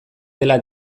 dela